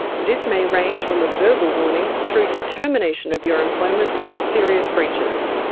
this may range from a verbal warning through to termination of your employment for serious breaches.